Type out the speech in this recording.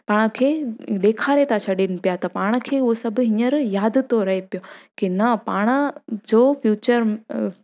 पाण खे ॾेखारे था छॾनि पिया त पाण खे उहो सभु हींअर यादि थो रहे पियो की न पाण जो फ्यूचर